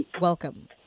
welcome